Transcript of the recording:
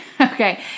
Okay